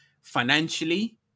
financially